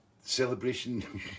celebration